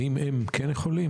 האם הן כן יכולות?